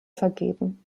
vergeben